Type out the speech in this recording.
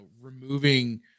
removing